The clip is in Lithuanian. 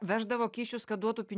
veždavo kyšius kad duotų pini